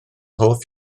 hoff